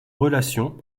relation